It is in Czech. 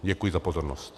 Děkuji za pozornost.